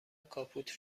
کاپوت